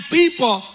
people